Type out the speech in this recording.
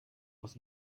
aus